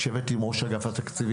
לשבת עם ראש אגף התקציבים.